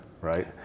right